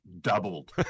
doubled